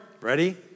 ready